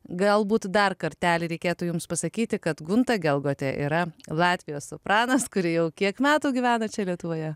galbūt dar kartelį reikėtų jums pasakyti kad gunta gelgotė yra latvijos sopranas kuri jau kiek metų gyvena čia lietuvoje